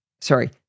Sorry